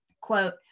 Quote